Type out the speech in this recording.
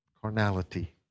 carnality